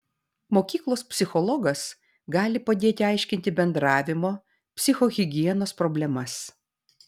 mokyklos psichologas gali padėti aiškinti bendravimo psichohigienos problemas